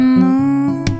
moon